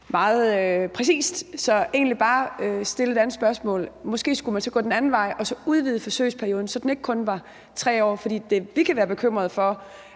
meget præcist. Så jeg vil egentlig bare stille et andet spørgsmål. Måske skulle man så gå den anden vej og udvide forsøgsperioden, så den ikke kun var på 3 år. For det, vi kan være bekymrede for,